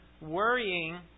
worrying